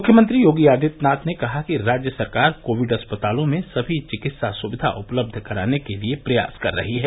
मुख्यमंत्री योगी आदित्यनाथ ने कहा कि राज्य सरकार कोविड अस्पतालों में समी चिकित्सा सुविधा उपलब्ध कराने के लिए प्रयास कर रही है